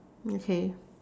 okay